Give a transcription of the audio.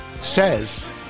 says